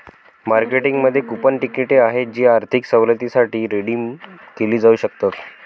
मार्केटिंगमध्ये कूपन तिकिटे आहेत जी आर्थिक सवलतींसाठी रिडीम केली जाऊ शकतात